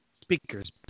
speakers